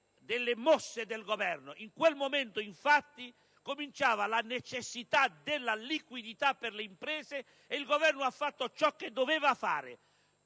delle mosse del Governo. In quel momento, infatti, cominciava ad essere avvertita la necessità della liquidità per le imprese ed il Governo ha fatto ciò che doveva fare.